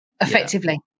effectively